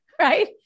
Right